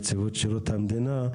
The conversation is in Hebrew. נציבות שירות המדינה.